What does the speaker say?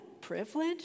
privilege